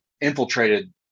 infiltrated